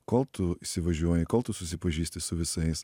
kol tu įsivažiuoji kol tu susipažįsti su visais